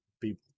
people